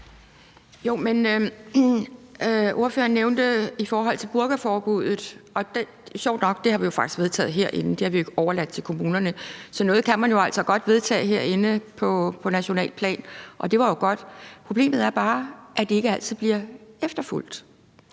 (DF): Ordføreren nævnte burkaforbuddet, og det har vi jo faktisk sjovt nok vedtaget herinde; det har vi jo ikke overladt til kommunerne. Så noget kan man jo altså godt vedtage herinde på nationalt plan, og det var jo godt. Problemet er bare, at det ikke altid bliver efterfulgt.